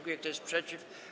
Kto jest przeciw?